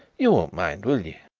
you won't mind, will you?